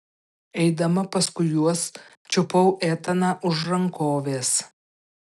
eidama paskui juos čiupau etaną už rankovės